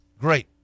great